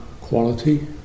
quality